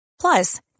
Plus